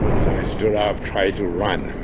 so i stood up, tried to run,